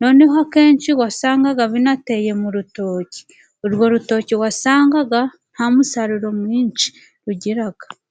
noneho kenshi wasangaga binateye mu rutoki, urwo rutoki wasangaga nta musaruro mwinshi rugira.